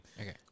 Okay